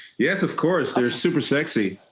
yes, of course, there super sexy.